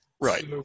Right